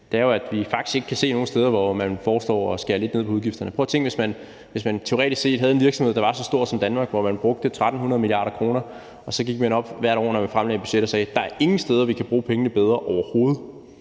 altså at vi faktisk ikke kan se nogen steder, hvor man foreslår at skære lidt ned på udgifterne. Prøv at tænke på, at man – teoretisk set – havde en virksomhed, der var så stor som Danmark, og hvor man brugte 1.300 mia. kr. Og hvert år, når man fremlagde budgettet, gik man op og sagde: Der er ikke nogen steder, vi kan bruge pengene bedre, overhovedet.